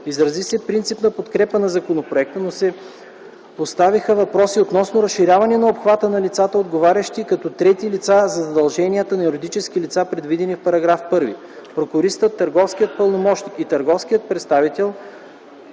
Изрази се принципна подкрепа на законопроекта, но се поставиха въпроси относно разширяването на обхвата на лицата, отговарящи като трети лица за задълженията на юридическите лица, предвидени в § 1. Прокуристът, търговският пълномощник и търговският представител